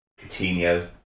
Coutinho